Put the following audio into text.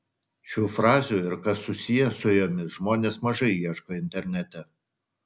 šių frazių ir kas susiję su jomis žmonės mažai ieško internete